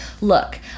look